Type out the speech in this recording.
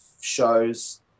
shows